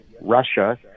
Russia